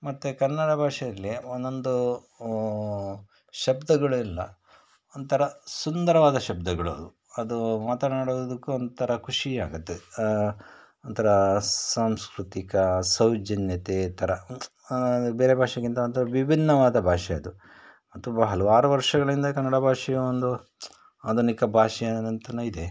ಮತ್ತು ಕನ್ನಡ ಭಾಷೆಯಲ್ಲಿ ಒಂದೊಂದು ಶಬ್ದಗಳೆಲ್ಲ ಒಂಥರ ಸುಂದರವಾದ ಶಬ್ದಗಳು ಅದು ಅದು ಮಾತನಾಡುವುದಕ್ಕೂ ಒಂಥರ ಖುಷಿಯಾಗತ್ತೆ ಒಂಥರ ಸಾಂಸ್ಕ್ರತಿಕ ಸೌಜನ್ಯತೆ ಥರ ಬೇರೆ ಭಾಷೆಗಿಂತ ಒಂಥರ ವಿಭಿನ್ನವಾದ ಭಾಷೆ ಅದು ಅದು ತುಂಬ ಹಲವಾರು ವರ್ಷಗಳಿಂದ ಈ ಕನ್ನಡ ಭಾಷೆಯು ಒಂದು ಆಧುನಿಕ ಭಾಷೆ ಅಂತನೇ ಇದೆ